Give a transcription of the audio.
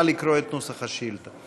נא לקרוא את נוסח השאילתה.